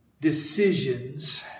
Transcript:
decisions